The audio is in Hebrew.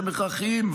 שהם הכרחיים.